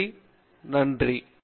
பேராசிரியர் பிரதாப் ஹரிதாஸ் உண்மையாக